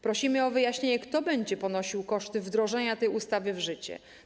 Prosimy o wyjaśnienie, kto będzie ponosił koszty wdrożenia tej ustawy w życie.